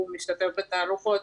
הוא משתתף בתערוכות,